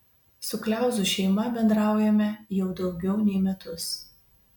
su kliauzų šeima bendraujame jau daugiau nei metus